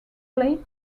lake